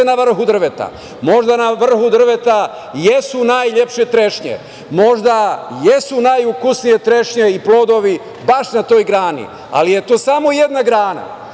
na vrhu drveta, možda na vrhu drveta jesu najlepše trešnje, možda jesu najukusnije trešnje i plodovi baš na toj grani, ali je to samo jedna grana.